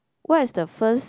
what is the first